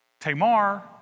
Tamar